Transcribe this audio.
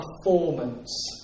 performance